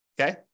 Okay